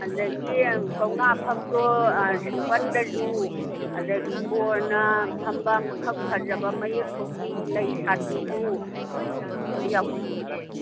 ꯑꯗꯒꯤ ꯀꯧꯅꯥ ꯐꯛꯇꯣ ꯁꯤꯝꯄꯜꯗꯁꯨ ꯑꯗꯒꯤ ꯕꯣꯔꯅ ꯐꯝꯕ ꯐꯛ ꯐꯖꯕ ꯃꯌꯦꯛ ꯊꯣꯛꯄꯤ ꯂꯩ ꯁꯥꯠꯄꯤꯁꯨ ꯌꯥꯎꯖꯔꯤꯌꯦ